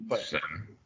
Seven